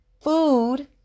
food